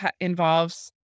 involves